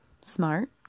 smart